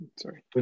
Sorry